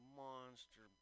monster